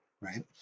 right